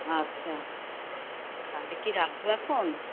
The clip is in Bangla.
আচ্ছা তাহলে কি রাখবো এখন